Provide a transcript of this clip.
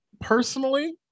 personally